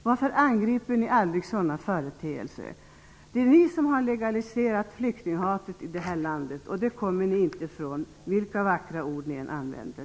Varför angriper ni aldrig de här företeelserna? Det är ni som har legaliserat flyktinghatet i vårt land, och det kommer ni inte ifrån, vilka vackra ord ni än använder.